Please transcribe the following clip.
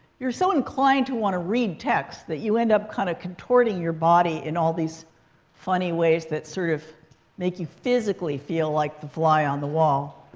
you're so inclined to want to read text, that you end up kind of contorting your body in all these funny ways that sort of make you physically feel like the fly on the wall.